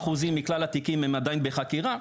ש-60% מכלל התיקים הם עדיין בחקירה.